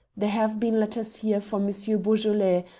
there have been letters here for monsieur beaujolais.